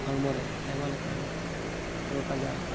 ᱦᱚᱲᱢᱚ ᱨᱮ ᱟᱭᱢᱟ ᱞᱮᱠᱟᱱ ᱨᱳᱜᱽ ᱟᱡᱟᱨ